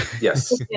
Yes